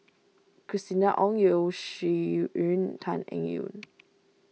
Christina Ong Yeo Shih Yun Tan Eng Yoon